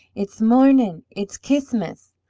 it's mornin'! it's ch'is'mus!